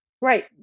right